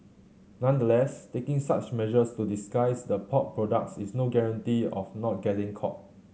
nonetheless taking such measures to disguise the pork products is no guarantee of not getting caught